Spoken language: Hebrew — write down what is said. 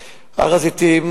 בהר-הזיתים.